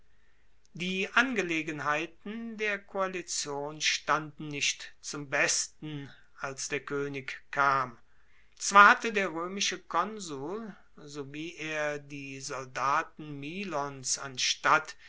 die angelegenheiten der koalition standen nicht zum besten als der koenig kam zwar hatte der roemische konsul sowie er die soldaten milons anstatt